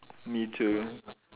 me too